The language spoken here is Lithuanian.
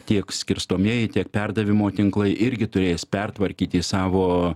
tiek skirstomieji tiek perdavimo tinklai irgi turės pertvarkyti savo